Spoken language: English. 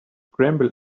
scramble